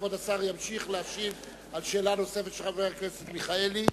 כבוד השר ימשיך להשיב על שאלה נוספת של חבר הכנסת מיכאלי.